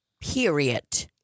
Period